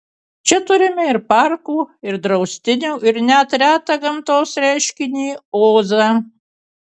čia turime ir parkų ir draustinių ir net retą gamtos reiškinį ozą